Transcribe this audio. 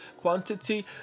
Quantity